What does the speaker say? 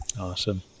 Awesome